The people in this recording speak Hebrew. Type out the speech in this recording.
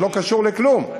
זה לא קשור לכלום.